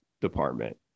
department